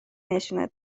نشونت